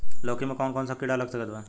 लौकी मे कौन कौन सा कीड़ा लग सकता बा?